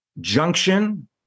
junction